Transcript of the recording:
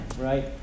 right